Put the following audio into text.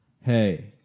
Hey